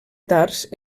tars